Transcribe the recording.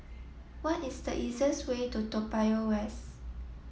what is the easiest way to Toa Payoh West